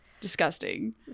Disgusting